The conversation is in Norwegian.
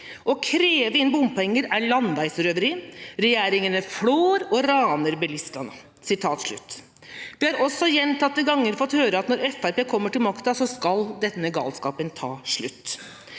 å kreve inn bompenger er landeveisrøveri, og at regjeringene flår og raner bilistene. Vi har også gjentatte ganger fått høre at når Fremskrittspartiet kommer til makta, skal denne galskapen ta slutt.